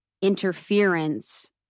interference